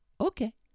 Okay